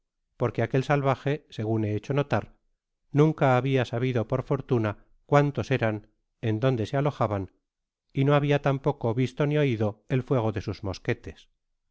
porque aquel salvaje segun he hecho notar nunca habia sabido por fortuna cuántos eran en dónde se alojadan y no habia tampoco visto ni oido el fuego de sus mosquetes